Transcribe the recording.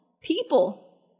people